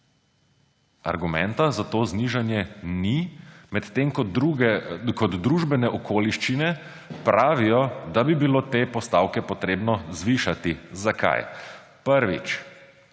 Argumenta za to znižanje ni, medtem ko družbene okoliščine pravijo, da bi bilo te postavke potrebno zvišati. Zakaj? Prvič.